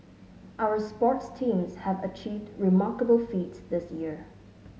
our sports teams have achieved remarkable feats this year